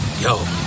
Yo